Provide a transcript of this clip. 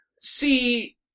see